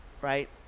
right